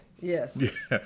Yes